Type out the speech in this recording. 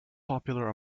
popular